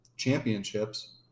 championships